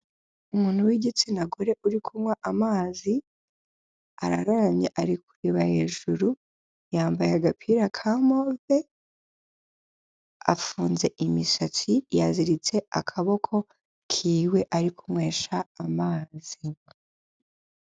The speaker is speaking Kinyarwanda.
Umuntu w'igitsina gore uri kunywa amazi arararamye ari kureba hejuru yambaye agapira ka move afunze imisatsi yaziritse akaboko k'iwe ari kunywesha amazi.